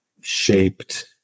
shaped